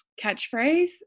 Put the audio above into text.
Catchphrase